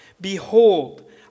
Behold